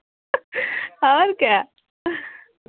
और क्या